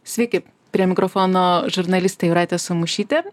sveiki prie mikrofono žurnalistė jūratė samušytė